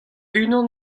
unan